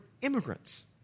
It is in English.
immigrants